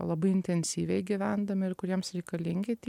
labai intensyviai gyvendami ir kuriems reikalingi tie